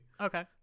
Okay